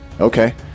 Okay